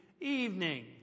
evening